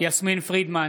יסמין פרידמן,